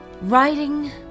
writing